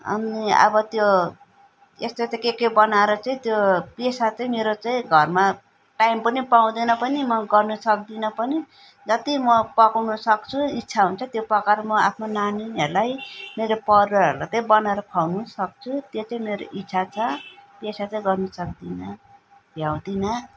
अनि अब त्यो यस्तो त्यो के के बनाएर चाहिँ त्यो पेसा चाहिँ मेरो चाहिँ घरमा टाइम पनि पाउँदैन पनि म गर्न सक्दिनँ पनि जति म पकाउनु सक्छु इच्छा हुन्छ त्यो पकाएर म आफ्नो नानीहरूलाई मेरो परवारहरूलाई चाहिँ बनाएर खुवाउनु सक्छु त्यो चाहिँ मेरो इच्छा छ पेसा चाहिँ गर्नु सक्दिनँ भ्याउदिनँ